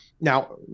Now